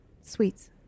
sweets